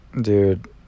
dude